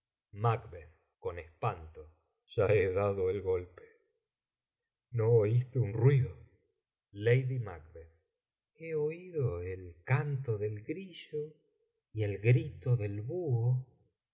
esposo mío macb con espanto ya he dado el golpe no oiste un ruido lady mac he oído el canto del grillo y el grito del buho